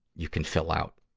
you can fill out.